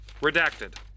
Redacted